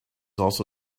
also